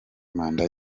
manda